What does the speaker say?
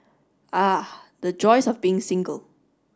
ah the joys of being single